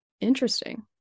interesting